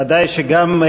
ודאי שגם,